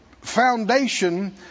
foundation